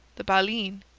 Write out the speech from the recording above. the baleine,